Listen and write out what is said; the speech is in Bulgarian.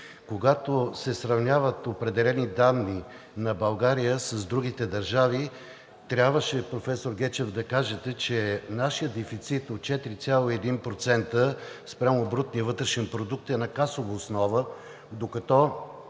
Когато се сравняват определени данни на България с другите държави, трябваше, професор Гечев, да кажете, че нашият дефицит от 4,1% спрямо брутния вътрешен продукт е на касова основа, докато